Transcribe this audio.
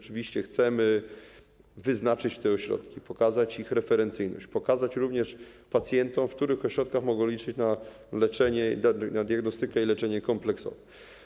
Chcemy wyznaczyć te ośrodki, pokazać ich referencyjność, pokazać również pacjentom, w których ośrodkach mogą liczyć na diagnostykę i leczenie kompleksowe.